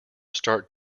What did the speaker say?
start